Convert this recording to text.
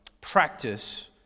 practice